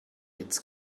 its